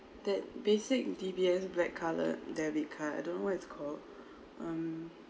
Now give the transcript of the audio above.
that basic D_B_S black colour debit card I don't what's it called um